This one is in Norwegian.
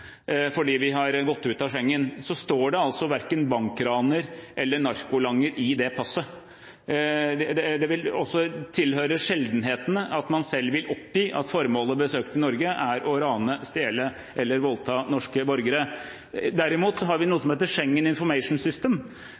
fordi vi har gått ut av Schengen, at det står bankraner eller narkolanger i det passet. Det vil også høre til sjeldenhetene at man selv vil oppgi at formålet med å besøke Norge er å rane, stjele eller voldta norske borgere. Derimot har vi noe som heter Schengen Information System.